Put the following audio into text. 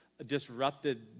disrupted